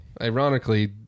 Ironically